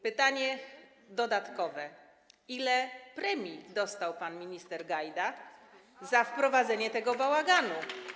Pytanie dodatkowe: Jaką premię dostał pan minister Gajda za wprowadzenie tego bałaganu?